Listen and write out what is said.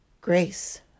grace